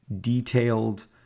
detailed